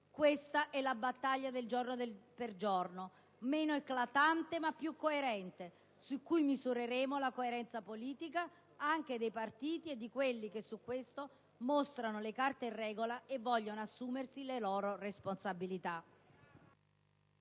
Questa è la battaglia del giorno per giorno, meno eclatante ma più coerente, su cui misureremo la coerenza politica anche dei partiti e di quelli che su questo mostrano le carte in regola e vogliono assumersi le loro responsabilità.